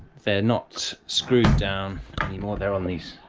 they're not screwed down anymore, they're on these